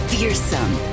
Fearsome